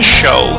show